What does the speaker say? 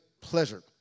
pleasure